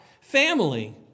family